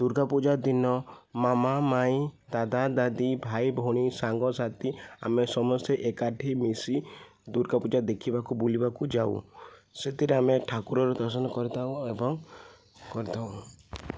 ଦୁର୍ଗାପୂଜାର ଦିନ ମାମା ମାଇଁ ଦାଦା ଦାଦି ଭାଇ ଭଉଣୀ ସାଙ୍ଗସାଥି ଆମେ ସମସ୍ତେ ଏକାଠି ମିଶି ଦୁର୍ଗା ପୂଜା ଦେଖିବାକୁ ବୁଲିବାକୁ ଯାଉ ସେଥିରେ ଆମେ ଠାକୁରର ଦର୍ଶନ କରିଥାଉ ଏବଂ କରିଥାଉ